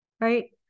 right